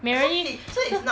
美人鱼